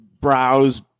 browse